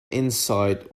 insight